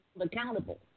accountable